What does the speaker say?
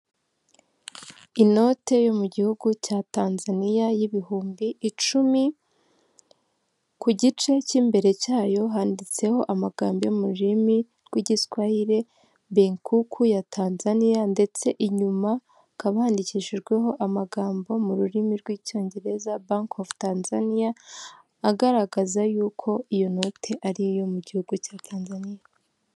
Inote yo mu gihugu cya Tanzania y'ibihumbi icumi, ku gice cy'imbere cyayo handitseho amagambo yo mu rurimi rw'Igiswahili benki kuu ya Tanzania, ndetse inyuma hakaba handikishijweho amagambo mu rurimi rw'Icyongereza bank of Tanzania agaragaza yuko iyo noti ari iyo mu Gihugu cya Tanzania.